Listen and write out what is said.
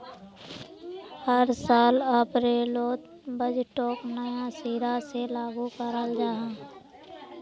हर साल अप्रैलोत बजटोक नया सिरा से लागू कराल जहा